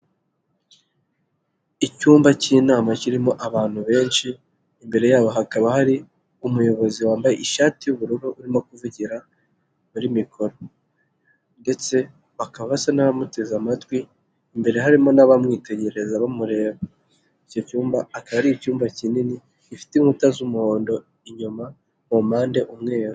lcyumba cy'inama kirimo abantu benshi imbere yabo hakaba hari umuyobozi wambaye ishati y'ubururu urimo kuvugira muri mikoro ,ndetse bakaba basa n'abamuteze amatwi ,imbere harimo n'abamwitegereza bamureba Icyo cyumba akaba ari icyumba kinini ,gifite inkuta z'umuhondo inyuma mu mpande umweru.